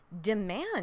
demand